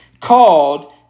called